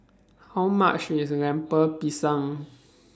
How much IS Lemper Pisang